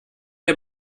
dir